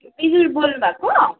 बोल्नु भएको